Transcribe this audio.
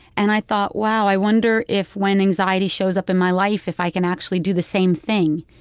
and i thought, wow, i wonder if when anxiety shows up in my life if i can actually do the same thing.